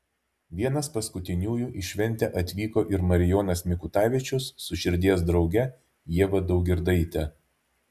vienas paskutiniųjų į šventę atvyko ir marijonas mikutavičius su širdies drauge ieva daugirdaite